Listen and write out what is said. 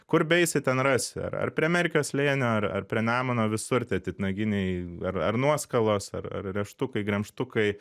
kur beeisi ten rasi ar prie merkio slėnio ar ar prie nemuno visur tie titnaginiai ar ar nuoskalos ar ar rėžtukai gremžtukai